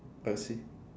I see